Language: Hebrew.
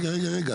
רגע, רגע, רגע.